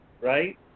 right